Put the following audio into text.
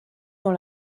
dans